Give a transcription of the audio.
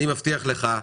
אני מבטיח לך,